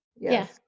Yes